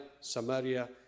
Samaria